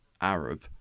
Arab